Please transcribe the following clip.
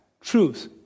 truth